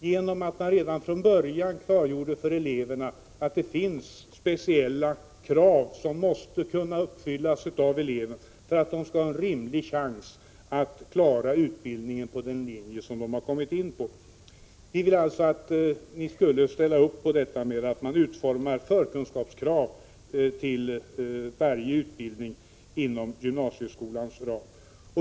Det bör redan från början klargöras för eleverna vilka speciella krav som måste uppfyllas av eleverna för att de skall ha en rimlig chans att klara utbildningen på den linje som de väljer. Vi skulle alltså önska att ni gick med på att det utformades förkunskapskrav för varje utbildning inom gymnasieskolans ram.